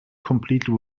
completely